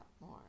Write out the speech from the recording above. more